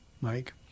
Mike